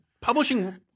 publishing